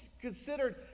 considered